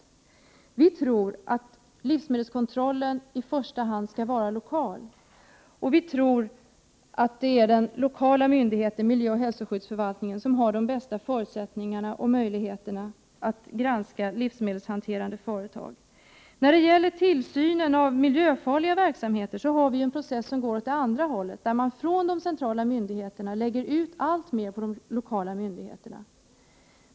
I stället tror vi att livsmedelskontrollen i första hand bör vara lokal, och vi tror att det är den lokala myndigheten, miljöoch hälsoskyddsförvaltningen, som har de bästa förutsättningarna och möjligheterna att granska livsmedelshanterande företag. När det gäller tillsynen av miljöfarliga verksamheter har vi en process som går åt det andra hållet. De centrala myndigheterna lägger ut allt mer på de lokala myndigheterna.